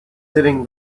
sitting